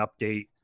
update